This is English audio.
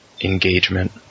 engagement